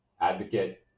advocate